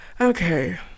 Okay